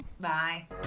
Bye